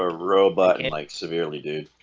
ah robot-like severely, dude